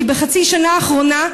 כי בחצי השנה האחרונה,